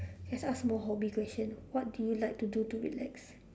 let's ask more hobby questions what do you like to do to relax